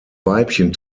weibchen